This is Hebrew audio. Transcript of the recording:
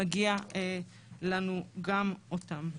מגיע לנו גם אותם.